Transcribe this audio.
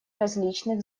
различных